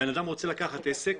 בן אדם רוצה לקחת עסק,